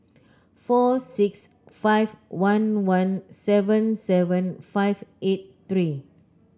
four six five one one seven seven five eight three